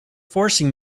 forcing